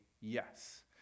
yes